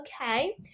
Okay